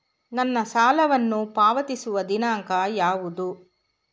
ನನ್ನ ಸಾಲವನ್ನು ಪಾವತಿಸುವ ದಿನಾಂಕ ಯಾವುದು?